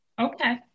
Okay